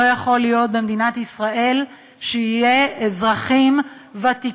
לא יכול להיות שיהיו במדינת ישראל אזרחים ותיקים,